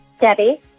Debbie